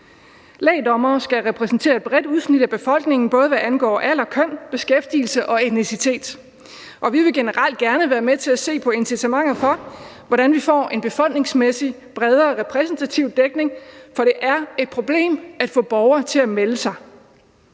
Lægdommere skal repræsentere et bredt udsnit af befolkningen, både hvad angår alder, køn, beskæftigelse og etnicitet. Vi vil generelt gerne være med til at se på incitamentet for, hvordan vi får en befolkningsmæssigt bredere repræsentativ dækning, for det er et problem at få borgere til at melde sig.